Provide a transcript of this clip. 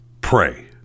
pray